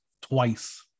twice